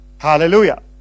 hallelujah